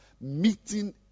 meeting